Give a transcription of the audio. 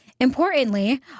Importantly